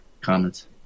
comments